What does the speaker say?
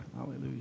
Hallelujah